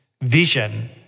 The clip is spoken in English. vision